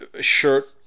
shirt